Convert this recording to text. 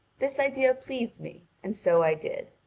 this idea pleased me, and so i did.